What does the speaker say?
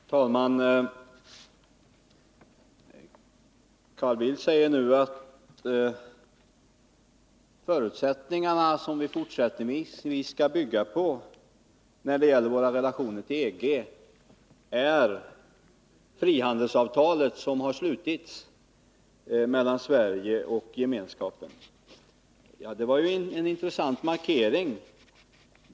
Herr talman! Carl Bildt säger nu att de förutsättningar som vi fortsättningsvis skall bygga på när det gäller våra relationer till EG är det frihandelsavtal som har slutits mellan Sverige och Gemenskapen. Det var ju en intressant markering.